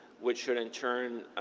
which should, in turn,